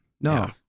No